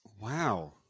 Wow